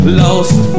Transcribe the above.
lost